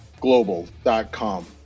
Global.com